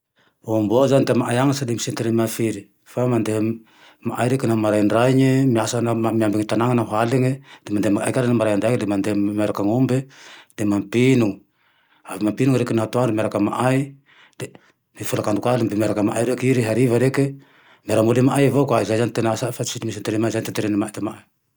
O amboao zane te amaay agne tsy de misy entraînement firy fa mandeha amaay agne reke naho maraindray miasa naho miambe tagnane naho haligne. Da amaay ka re maraendray le mandeha miarake agnombe, dia mampino. Avy mampino reke naho atoandro miarake amaay reke folakandro ka le miarake amaay reke, le hariva reke miara moly amaay avao ka. Zay zane tena asany fa tsy misy entraînement zane ty entraînement ty amae.